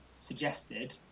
suggested